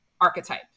archetype